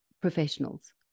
professionals